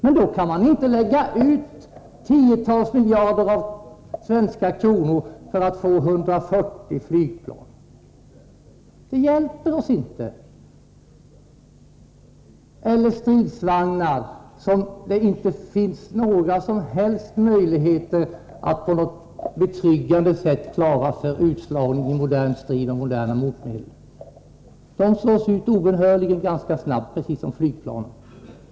Men då kan man inte lägga ut tiotals miljarder svenska kronor för att få 140 flygplan — eller stridsvagnar, som det inte finns några som helst möjligheter att på ett betryggande sätt klara från utslagning i modern strid med moderna motmedel. Det hjälper oss inte. De slås obönhörligen ut ganska snabbt, precis som flygplanen.